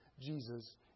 Jesus